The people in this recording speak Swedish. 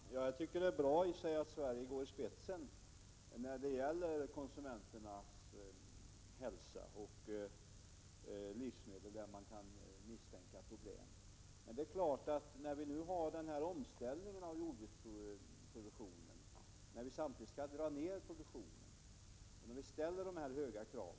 Herr talman! Jag tycker det är bra att Sverige går i spetsen när det gäller konsumenternas hälsa och när det gäller livsmedel som det kan misstänkas bli problem med. När vi har denna omställning av jordbruksproduktionen och samtidigt skall dra ned på produktionen, ställer vi dessa höga krav.